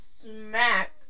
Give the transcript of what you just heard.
smack